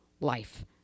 life